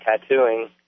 tattooing